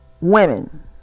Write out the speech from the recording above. women